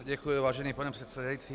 Děkuji, vážený pane předsedající.